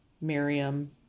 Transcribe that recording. Miriam